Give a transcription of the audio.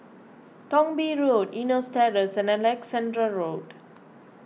Thong Bee Road Eunos Terrace and Alexandra Road